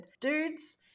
Dudes